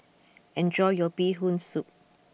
enjoy your Bee Hoon Soup